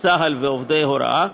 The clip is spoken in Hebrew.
צה"ל ועובדי הוראה,